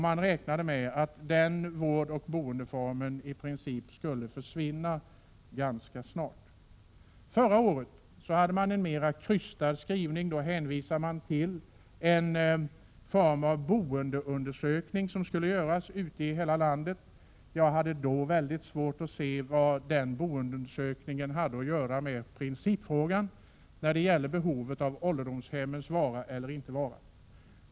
Man räknade med att den vårdoch boendeformen i princip skulle försvinna ganska snart. Förra året hade man en mer krystad skrivning. Då hänvisade man till en form av boendeundersökning som skulle göras i hela landet. Jag hade då mycket svårt att se vad den boendeundersökningen hade att göra med principfrågan om ålderdomshemmens vara eller inte vara.